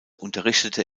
unterrichtete